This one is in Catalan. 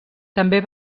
també